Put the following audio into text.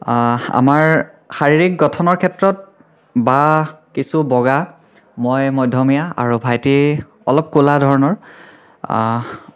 আমাৰ শাৰীৰিক গঠনৰ ক্ষেত্ৰত বা কিছু বগা মই মধ্যমীয়া আৰু ভাইটি অলপ ক'লা ধৰণৰ